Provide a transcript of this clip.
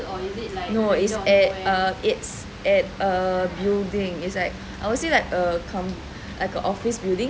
no it's at uh it's at a building is like I would say like like a office building